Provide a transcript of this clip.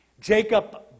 Jacob